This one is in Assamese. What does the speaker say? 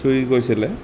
চুই গৈছিলে